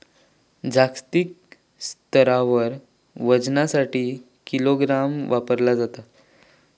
जागतिक स्तरावर वजनासाठी किलोग्राम वापरला जाता